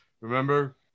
remember